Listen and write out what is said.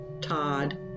Todd